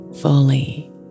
fully